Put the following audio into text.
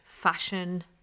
fashion